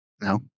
No